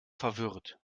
verwirrt